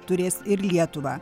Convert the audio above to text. turės ir lietuvą